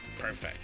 Perfect